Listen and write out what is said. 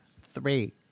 three